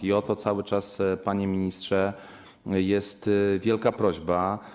I o to cały czas, panie ministrze, jest wielka prośba.